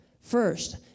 First